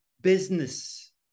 business